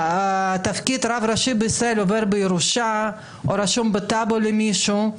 שתפקיד רב ראשי בישראל עובר בירושה או רשום בטאבו על מישהו.